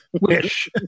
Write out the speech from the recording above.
wish